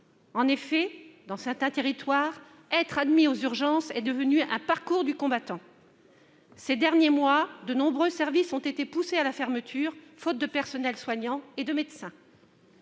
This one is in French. En effet, dans certains territoires, être admis aux urgences est devenu un parcours du combattant ! Au cours des derniers mois, de nombreux services ont été poussés à la fermeture, faute de personnel soignant et de médecins.